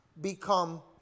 become